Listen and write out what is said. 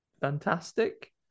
fantastic